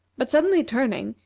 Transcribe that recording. but suddenly turning,